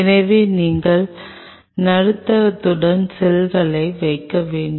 எனவே நீங்கள் நடுத்தரத்துடன் செல்களை வைக்க வேண்டும்